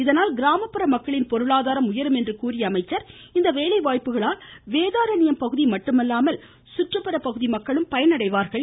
இதனால் கிராமப்புற மக்களின் பொருளாதாரம் உயரும் என்று கூறிய அமைச்சர் இந்த வேலைவாய்ப்புகளால் வேதாரண்யம் பகுதி மட்டுமல்லாமல் சுற்றுப்புற பகுதி மக்களும் பயனடைவார்கள் என்றார்